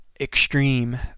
extreme